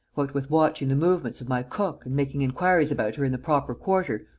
what with watching the movements of my cook and making inquiries about her in the proper quarter,